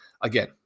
Again